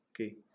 Okay